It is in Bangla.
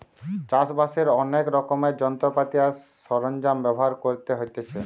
চাষ বাসের অনেক রকমের যন্ত্রপাতি আর সরঞ্জাম ব্যবহার করতে হতিছে